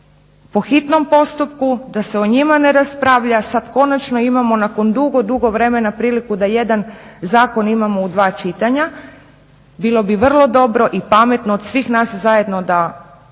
po hitnom postupku da se o njima ne raspravlja, sada konačno imamo nakon dugo, dugo vremena priliku da jedan zakon imamo u dva čitanja. Bilo bi vrlo dobro i pametno od svih nas zajedno da